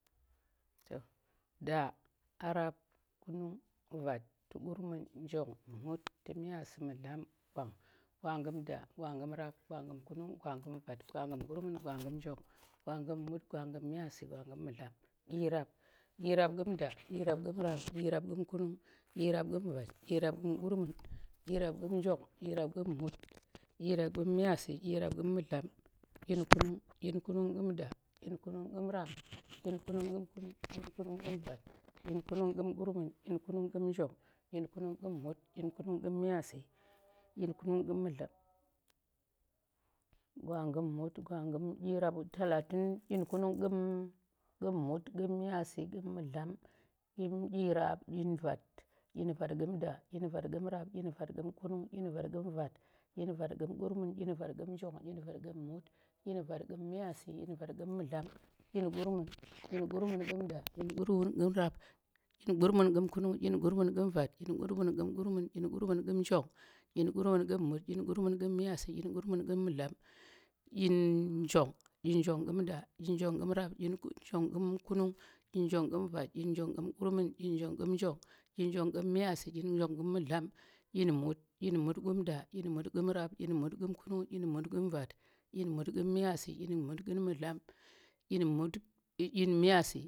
da, a rap, kunung, vat, kurmun, njong, mut, myaasi, mu̱dlam, gwang, gwanggum da. gwanggum rap, gwanggum kunung, gwaggum vat, gwanggum gurmun, gwanggum njong, gwanggum mut, gwanggum myaasi, gwanggum mu̱dlam, ɗyirap, ɗyirap ɗum da, ɗyirap ku̱m rap, ɗyirap ƙu̱m, kunung, ɗyirap ƙu̱m vat, ɗyirap ƙu̱m krmun, ɗyirap ƙum njong, ɗyirap ɗu̱m mut, ɗyirap ku̱m myaasi, ɗyirap ƙu̱m mu̱dlam, ɗyin kunung, ɗyin kunung ƙu̱m da, ɗyin kunung ƙu̱m rap, ɗyin kunung ku̱m kunung, ɗyin kunung ƙu̱m vat, ɗyin kunung ƙu̱m kurmun dyin kunung ƙu̱m njong, ɗyin kunung ku̱m mut, ɗyin kunung ku̱m miyasi, ɗyin kunung ƙu̱m mu̱dlam. gwagum mut talatin dyin kunung kum mut. kum miyasi kum mudlam kun dyirap dyin vat, ɗyin vat ƙu̱m da. dyin vat kum rap, ɗyin vat ƙu̱m kunung, ɗyin vat ƙu̱m vat, ɗyin vat ku̱m kurmun, ɗyin vat ƙu̱m njong, ɗyin vat ƙu̱m mut, ɗyin vat kum miyasi, ɗyi vat kum mudlama, ɗyin kurmun, dyin kurmun kum da. dyin kurmun kun rap, dyin kurmun kum kunung, ɗyin ƙu̱rmun kum vat, ɗyin kurmun ƙu̱m kurmun. dyin kurmun kum njong, dyin kurmun kum mut ɗyin kurmun ku̱m miyasi, ɗyin vat ƙu̱m mu̱dlam, ɗyin njong, ɗyin njong, ɗyin njong ƙu̱m da, ɗyin njong ƙu̱m rap, ɗyin njong ƙu̱m kunung, ɗyin njong ƙu̱m vat, ɗyin njong kum kurmun, dyin njong ƙu̱m njong, ɗyin njong ƙu̱m mut, ɗyin njong ƙu̱m myaasi, ɗyin njong ƙu̱m mu̱dlam, ɗyin mut, ɗyin muy ku̱m da, ɗyin mut ƙu̱m rap, ɗyin mut ƙu̱m kunung, ɗyin mut ku̱m vat, ɗyin mut ƙu̱m miyasi, ɗyin mut ƙu̱m mudlam, ɗyin mut, ɗyin myaasi.